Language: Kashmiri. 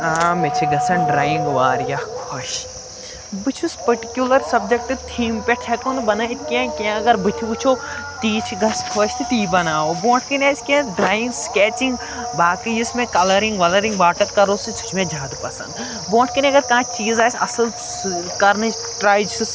آ مےٚ چھِ گژھان ڈرٛایِنٛگ واریاہ خۄش بہٕ چھُس پٔٹِکیوٗلَر سَبجَکٹ تھیٖمہِ پٮ۪ٹھ ہٮ۪کو نہٕ بَنٲیِتھ کینٛہہ کینٛہہ اگر بٔتھِ وٕچھو تی چھِ گژھٕ خۄش تہٕ تی بَناوَو برٛونٛٹھٕ کَنۍ آسہِ کینٛہہ ڈرٛایِنٛگ سٕکٮ۪چِنٛگ باقٕے یُس مےٚ کَلَرِنٛگ وَلَرِنٛگ واٹر کَروس تہٕ سُہ چھِ مےٚ زیادٕ پَسنٛد برٛونٛٹھٕ کَنۍ اگر کانٛہہ چیٖز آسہِ اَصٕل سُہ کَرنٕچ ٹرٛاے چھُس